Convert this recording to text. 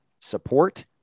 support